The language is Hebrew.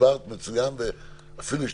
הסברת מצוין ואפילו השתכנעתי.